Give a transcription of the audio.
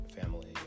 family